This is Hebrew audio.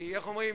כי איך אומרים?